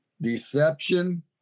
Deception